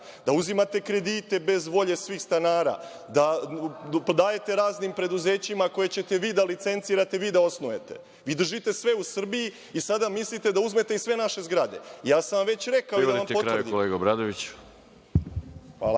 da uzimate kredite bez volje svih stanara, da dajete raznim preduzećima koje ćete vi da licencirate, vi da osnujete. Vi držite sve u Srbiji i sada mislite da uzmete i sve naše zgrade. **Veroljub Arsić** Pravo